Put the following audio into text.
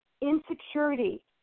insecurity